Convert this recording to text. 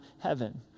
heaven